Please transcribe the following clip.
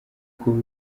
kuba